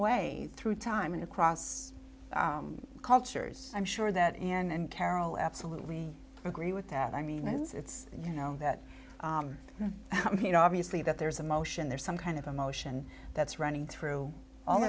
way through time and across cultures i'm sure that in and carol absolutely agree with that i mean it's you know that you know obviously that there's emotion there's some kind of emotion that's running through all